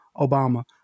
Obama